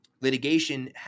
litigation